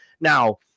Now